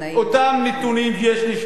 אותם נתונים יש לשניהם,